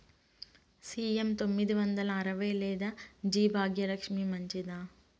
CM తొమ్మిది వందల అరవై లేదా జి భాగ్యలక్ష్మి మంచిదా?